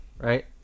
Right